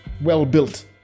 well-built